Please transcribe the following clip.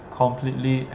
completely